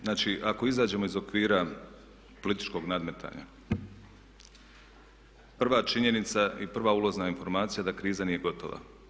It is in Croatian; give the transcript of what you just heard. Znači, ako izađemo iz okvira političkog nadmetanja prva činjenica i prva ulazna informacija da kriza nije gotova.